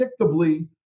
predictably